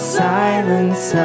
silence